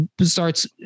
starts